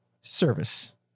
service